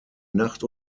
nacht